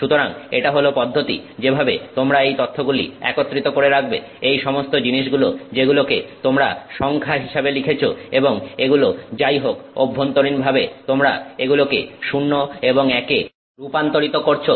সুতরাং এটা হল পদ্ধতি যেভাবে তোমরা এই তথ্যগুলি একত্রিত করে রাখবে এই সমস্ত জিনিসগুলো যেগুলোকে তোমরা সংখ্যা হিসেবে লিখেছ এবং এগুলো যাই হোক অভ্যন্তরীণভাবে তোমরা এগুলোকে শূন্য এবং একে রূপান্তরিত করছো